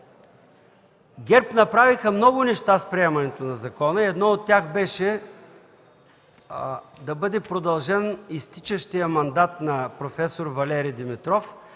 ГЕРБ направиха много неща с приемането на закона и едно от тях беше да бъде продължен изтичащият мандат на проф. Валери Димитров